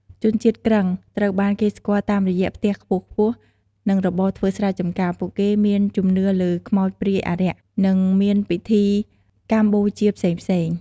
ជនជាតិគ្រឹង ត្រូវបានគេស្គាល់តាមរយៈផ្ទះខ្ពស់ៗ និងរបរធ្វើស្រែចម្ការ ពួកគេមានជំនឿលើខ្មោចព្រាយអារក្ស និងមានពិធីកម្មបូជាផ្សេងៗ។